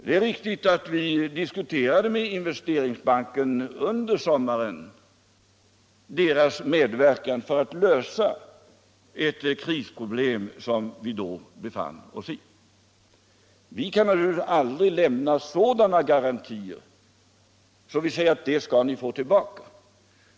Det är riktigt att vi under sommaren diskuterade med Investeringsbanken om dess medverkan för att lösa ett krisproblem som vi då befann oss i. Vi kan aldrig lämna sådana garantier som att säga att ni får tillbaka pengarna.